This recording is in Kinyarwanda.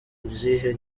izihe